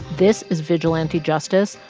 this is vigilante justice,